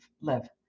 live